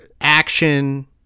action